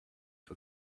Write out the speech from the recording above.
for